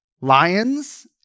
lions